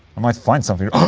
might find something um